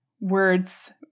words